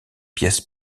pièces